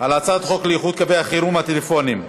על הצעת חוק לאיחוד קווי החירום הטלפוניים